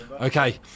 Okay